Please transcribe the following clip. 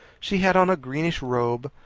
she had on a greenish robe,